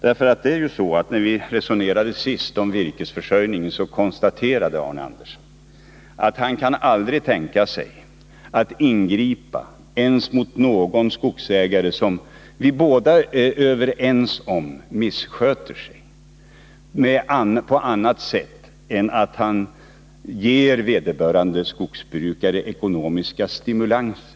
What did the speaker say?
När vi senast resonerade om virkesförsörjningen konstaterade Arne Andersson att han aldrig kunde tänka sig att ingripa mot någon skogsägare, inte ens om vi båda är överens om att denne missköter sig, på annat sätt än att ge vederbörande skogsbrukare ekonomiska stimulanser.